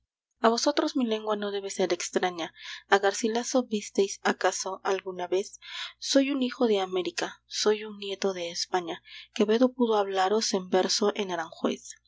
a vosotros mi lengua no debe ser extraña a garcilaso visteis acaso alguna vez soy un hijo de américa soy un nieto de españa quevedo pudo hablaros en verso en aranjuez